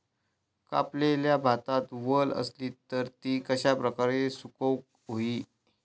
कापलेल्या भातात वल आसली तर ती कश्या प्रकारे सुकौक होई?